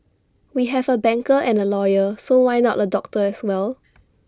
we have A banker and A lawyer so why not A doctor as well